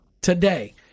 today